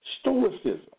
stoicism